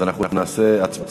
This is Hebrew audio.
אז אנחנו נעשה הצבעה.